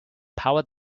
power